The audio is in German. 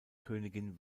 königin